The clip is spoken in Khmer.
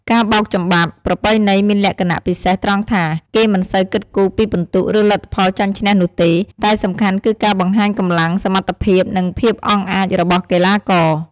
ការបោកចំបាប់ប្រពៃណីមានលក្ខណៈពិសេសត្រង់ថា គេមិនសូវគិតគូរពីពិន្ទុ ឬលទ្ធផលចាញ់ឈ្នះនោះទេ តែសំខាន់គឺការបង្ហាញកម្លាំង សមត្ថភាព និងភាពអង់អាចរបស់កីឡាករ។